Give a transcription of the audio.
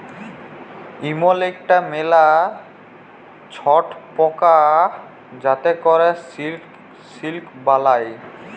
ইমল ইকটা ম্যালা ছট পকা যাতে ক্যরে সিল্ক বালাই